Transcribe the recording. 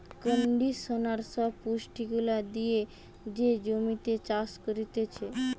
conditioner সব পুষ্টি গুলা দিয়ে যে জমিতে চাষ করতিছে